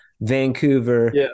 Vancouver